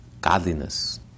godliness